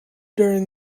during